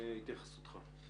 מה התייחסותך?